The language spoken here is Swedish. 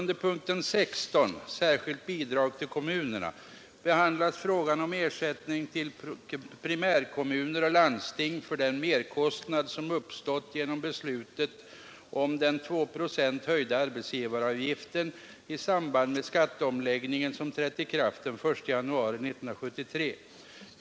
Herr talman! Under punkten 16 behandlas frågan om ersättning till primärkommuner och landsting för den merkostnad som uppstått genom beslutet om den med 2 procent höjda arbetsgivaravgiften i samband med skatteomläggningen som trädde i kraft den 1 januari 1973.